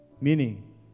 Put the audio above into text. meaning